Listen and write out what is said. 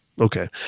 okay